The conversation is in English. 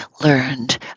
learned